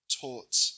taught